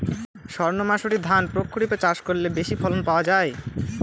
সর্ণমাসুরি ধান প্রক্ষরিপে চাষ করলে বেশি ফলন পাওয়া যায়?